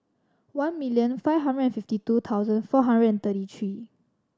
one million five hundred and fifty two thousand four hundred and thirty three